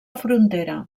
frontera